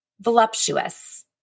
voluptuous